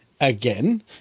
again